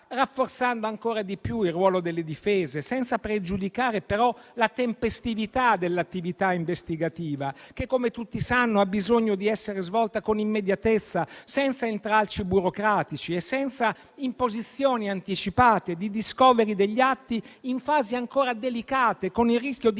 rafforzando ancora di più il ruolo delle difese, senza pregiudicare però la tempestività dell'attività investigativa che - come tutti sanno - ha bisogno di essere svolta con immediatezza, senza intralci burocratici e senza imposizioni anticipate di *discovery* degli atti in fasi ancora delicate, con il rischio di insabbiamento